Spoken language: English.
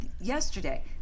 yesterday